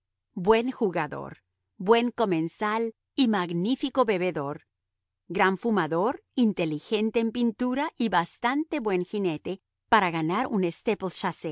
buen jugador buen comensal y magnífico bebedor gran fumador inteligente en pintura y bastante buen jinete para ganar un